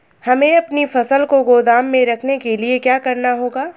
हमें अपनी फसल को गोदाम में रखने के लिये क्या करना होगा?